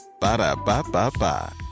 Ba-da-ba-ba-ba